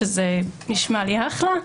שזה נשמע לי אחלה,